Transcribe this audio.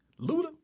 Luda